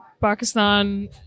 pakistan